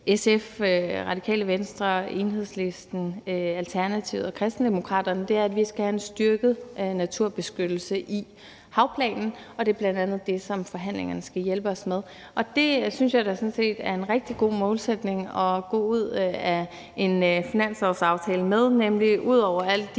SF, Radikale Venstre, Enhedslisten, Alternativet og Kristendemokraterne, er, at vi skal have en styrket naturbeskyttelse i havplanen, og det er bl.a. det, som forhandlingerne skal hjælpe os med at få. Det synes jeg da sådan set er en rigtig god målsætning at gå ud af en finanslovsaftale med, altså at der